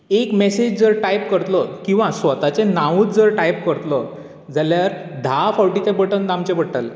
एक मॅसेज जर टायप करतलो किवा स्वताचें नांवच जर टायप करतलो जाल्यार धा फावटी ते बटन दामचे पडटाले